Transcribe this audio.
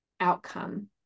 outcome